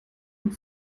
und